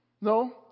No